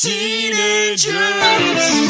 Teenagers